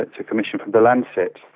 it's a commission from the lancet.